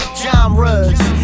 genres